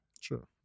sure